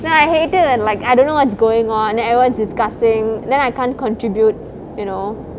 no I hate it when like I don't know what's going on everyone's discussing then I can't contribute you know